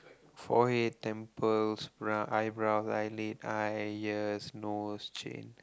forehead temples eyebrows eyelid eyes ears nose chin